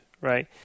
right